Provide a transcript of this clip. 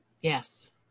Yes